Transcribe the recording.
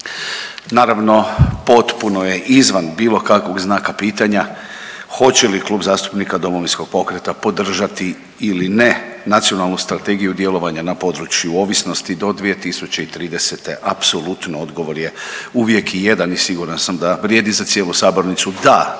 Naravno potpuno je izvan bilo kakvog znaka pitanja hoće li Klub zastupnika Domovinskog pokreta podržati ili ne Nacionalnu strategiju djelovanja na području ovisnosti do 2030., apsolutno odgovor je uvijek i jedan i siguran sam da vrijedi za cijelu sabornici.